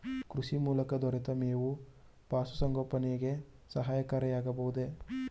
ಕೃಷಿ ಮೂಲಕ ದೊರೆತ ಮೇವು ಪಶುಸಂಗೋಪನೆಗೆ ಸಹಕಾರಿಯಾಗಬಹುದೇ?